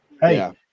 hey